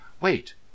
Wait